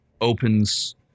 opens